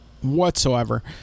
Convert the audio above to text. whatsoever